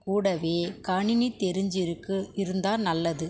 கூடவே கணினி தெரிஞ்சுருக்கு இருந்தால் நல்லது